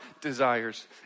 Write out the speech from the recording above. desires